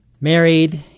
married